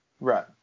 Right